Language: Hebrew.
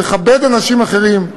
מכבד אנשים אחרים,